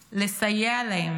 לסייע להם,